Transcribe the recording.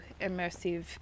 immersive